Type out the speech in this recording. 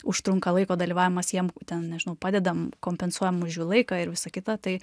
užtrunka laiko dalyvavimas jiem ten nežinau padedam kompensuojam už jų laiką ir visa kita tai